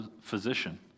physician